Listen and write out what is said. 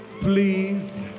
please